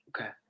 Okay